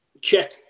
check